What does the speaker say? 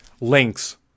links